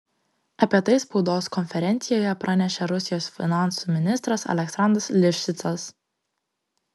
apie tai spaudos konferencijoje pranešė rusijos finansų ministras aleksandras livšicas